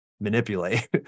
manipulate